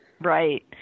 Right